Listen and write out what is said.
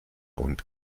und